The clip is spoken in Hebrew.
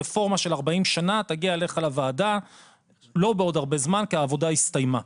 רפורמה של 40 שנה תגיע אליך לוועדה לא בעוד הרבה זמן כי העבודה הסתיימה.